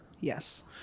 Yes